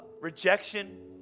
rejection